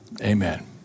Amen